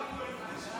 חבריי חברי הכנסת,